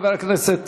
חבר הכנסת